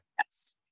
Yes